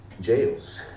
jails